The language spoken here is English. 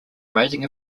raising